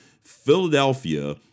Philadelphia